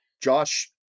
josh